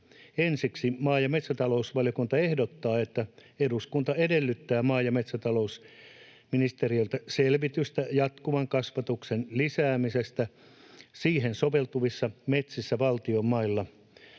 Ensiksi maa- ja metsätalousvaliokunta ehdottaa, että eduskunta edellyttää maa- ja metsätalousministeriöltä selvitystä jatkuvan kasvatuksen lisäämisestä siihen soveltuvissa metsissä valtion mailla